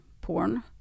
porn